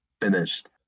finished